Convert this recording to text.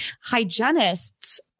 hygienists